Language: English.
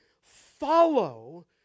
follow